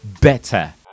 better